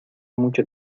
mucho